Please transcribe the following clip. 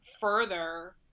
further